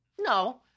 No